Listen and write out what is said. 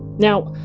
now,